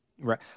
Right